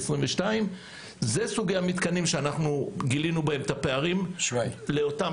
זה סוגי המתקנים בהם גילינו פערים לאותן